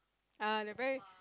err they're very